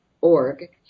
org